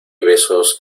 besos